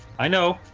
i know